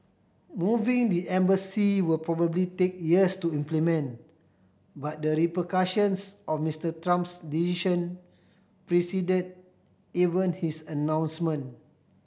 moving the embassy will probably take years to implement but the repercussions of Mister Trump's decision preceded even his announcement